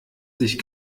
sich